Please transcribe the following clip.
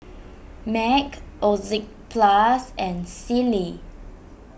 Mac Oxyplus and Sealy